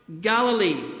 Galilee